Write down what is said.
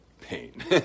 pain